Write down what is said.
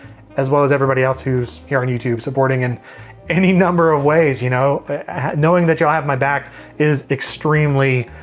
as well as everybody else who's here on youtube supporting in any number of ways. you know knowing that you all have my back is extremely,